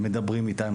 מדברים איתם,